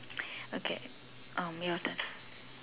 okay um your turn